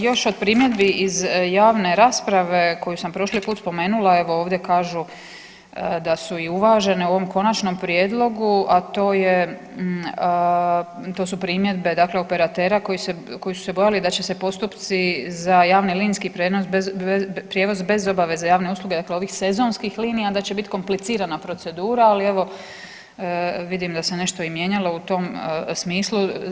Još od primjedbi iz javne rasprave koju sam prošli put spomenula, evo ovdje kažu da su i uvažene u ovom konačnom prijedlogu, a to su primjedbe operatera koji su se bojali da će se postupci za javni linijski prijevoz bez obaveze javne usluge dakle ovih sezonskih linija da će biti komplicirana procedura, ali vidim da se nešto i mijenjalo u tom smislu.